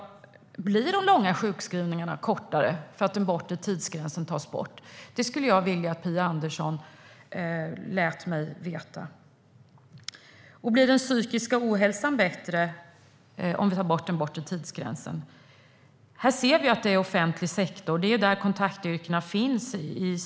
Blir de sjukskrivningarna kortare för att den bortre tidsgränsen tas bort? Det skulle jag vilja att Phia Andersson lät mig veta. Blir det mindre psykisk ohälsa om vi tar bort den bortre tidsgränsen? Det är i offentlig sektor som de flesta kontaktytor finns.